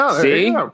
See